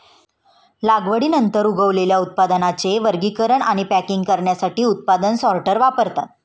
लागवडीनंतर उगवलेल्या उत्पादनांचे वर्गीकरण आणि पॅकिंग करण्यासाठी उत्पादन सॉर्टर वापरतात